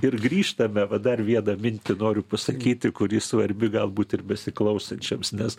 ir grįžtame va dar vieną mintį noriu pasakyti kuri svarbi galbūt ir besiklausančiams nes